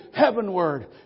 heavenward